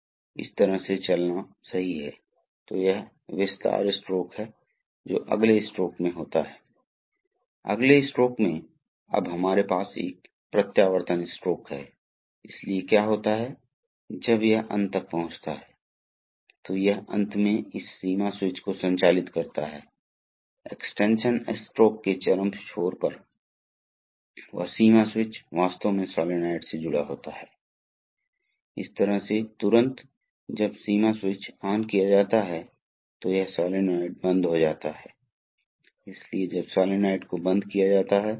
लेकिन इस तथ्य के अलावा कि जलाशय तरल पदार्थ रखता है यह वास्तव में कई अन्य चीजें करता है इसलिए हम करेंगे इसलिए यह द्रव को स्पष्ट रूप से रखता है लेकिन यह दो अन्य चीजें करता है उदाहरण के लिए यह जलाशय में गर्मी को नष्ट कर देता है तरल ठंडा हो जाता है और यह प्रवेश करने वाली हवा से बचने की अनुमति देता है इसलिए दूषित पदार्थों को हटाने का काम फ़िल्टर में आंशिक रूप से किया जाता है जो कि पाइप लाइन पर भी जुड़ा हुआ है रिटर्न लाइन पर या तो आमतौर पर रिटर्न लाइन पर बंद होता है और इस तरह छोटे कणों को तरल पदार्थ से निकालता है